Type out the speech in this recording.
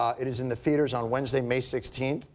it is in the theaters on wednesday may sixteen.